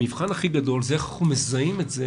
המבחן הכי גדול זה איך אנחנו מזהים את זה